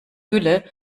gülle